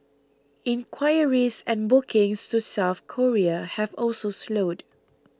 inquiries and bookings to South Korea have also slowed